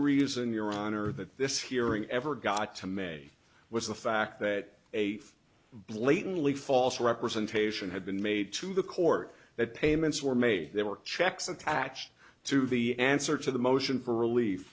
reason your honor that this hearing ever got to may was the fact that a blatantly false representation had been made to the court that payments were made there were checks attached to the answer to the motion for relief